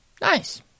Nice